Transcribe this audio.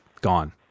gone